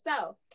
So-